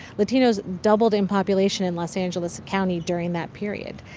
latinos doubled in population in los angeles county during that period.